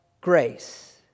grace